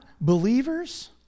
believers